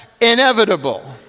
inevitable